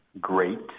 great